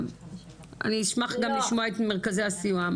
אני אשמח גם לשמוע את מרכזי הסיוע,